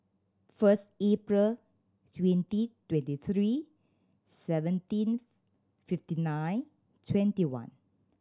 first April twenty twenty three seventeen fifty nine twenty one